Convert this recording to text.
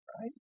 right